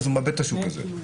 הוא מאבד את השוק הזה,